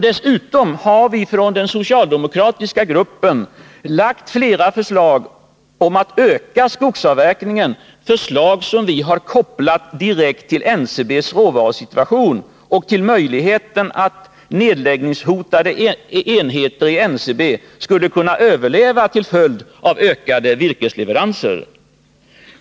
Dessutom har vi från den socialdemokratiska gruppen lagt fram flera förslag om att man skall öka skogsavverkningen, förslag som vi har kopplat direkt till NCB:s råvarusituation och till möjligheten att nedläggningshotade enheter inom NCB skulle kunna överleva till följd av ökade virkesleveranser.